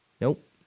Nope